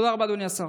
תודה רבה, אדוני השר.